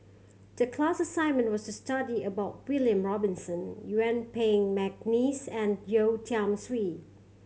the class assignment was to study about William Robinson Yuen Peng McNeice and Yeo Tiam Siew